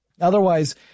Otherwise